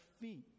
feet